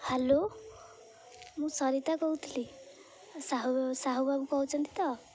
hello ମୁଁ ସରିତା କହୁଥିଲି ସାହୁ ବାବୁ ସାହୁ ବାବୁ କହୁଛନ୍ତି ତ